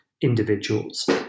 individuals